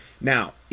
Now